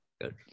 Good